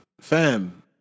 Fam